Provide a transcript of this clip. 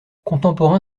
contemporain